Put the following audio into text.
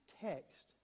text